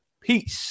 Peace